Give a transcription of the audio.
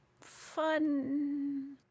fun